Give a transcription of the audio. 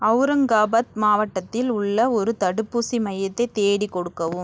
ஒளரங்காபாத் மாவட்டத்தில் உள்ள ஒரு தடுப்பூசி மையத்தை தேடிக் கொடுக்கவும்